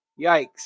Yikes